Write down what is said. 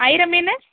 அயிரை மீன்